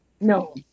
No